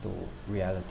to realit~